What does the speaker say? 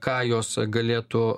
ką jos galėtų